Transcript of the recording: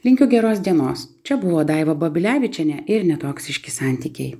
linkiu geros dienos čia buvo daiva babilevičienė ir netoksiški santykiai